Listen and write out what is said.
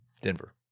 Denver